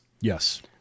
Yes